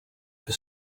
for